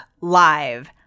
live